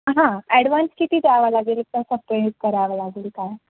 हां ॲडव्हान्स किती द्यावं लागेल कसं पे करावं लागेल काय